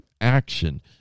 action